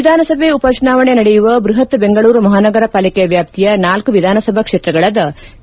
ವಿಧಾನಸಭೆ ಉಪಚುನಾವಣೆ ನಡೆಯುವ ಬೃಹತ್ ದೆಂಗಳೂರು ಮಹಾನಗರ ಪಾಲಿಕೆ ವ್ಯಾಪ್ತಿಯ ನಾಲ್ಲು ವಿಧಾನಸಭಾ ಕ್ಷೇತ್ರಗಳಾದ ಕೆ